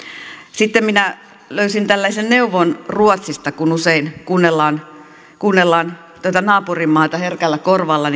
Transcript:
sitten minä löysin tällaisen neuvon ruotsista kun usein kuunnellaan kuunnellaan tätä naapurimaata herkällä korvalla